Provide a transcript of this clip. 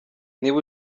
niba